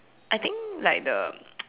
I think like the